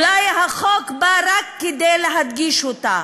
ואולי החוק בא רק כדי להדגיש אותה,